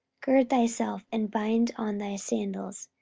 gird thyself, and bind on thy sandals.